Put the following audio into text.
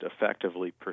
effectively